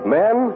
men